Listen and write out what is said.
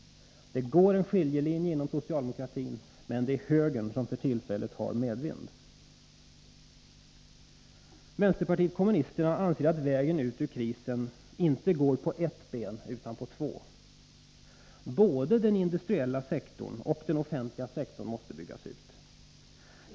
Det går en skiljelinje inom socialdemokratin, men det är högern som för tillfället har medvind. Vänsterpartiet kommunisterna anser att vägen ut ur krisen inte kan sökas på bara ett sätt utan på två. Både den industriella och den offentliga sektorn måste byggas ut.